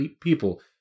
people